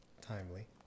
timely